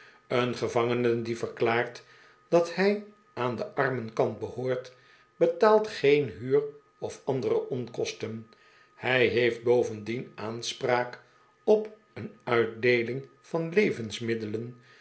een gevangene die verklaart dat hij aan den armenkant behoort betaalt geen huur of andere onkosten hij heeft bovendien aanspraak op een uitdeeling van levensmiddelen